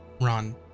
Ron